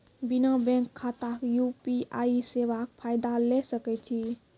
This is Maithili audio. बिना बैंक खाताक यु.पी.आई सेवाक फायदा ले सकै छी?